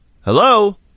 Hello